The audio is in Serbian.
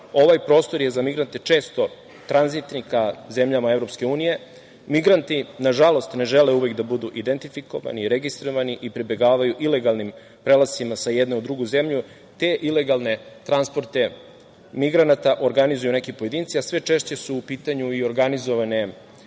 ruti. Ovaj prostor je za migrante često tranzitni ka zemljama EU. Migranti, nažalost, ne žele uvek da budu identifikovani i registrovani i pribegavaju ilegalnim prelascima sa jedne u drugu zemlje. Te ilegalne transporte migranata organizuju neki pojedinci, a sve češće su u pitanju i organizovane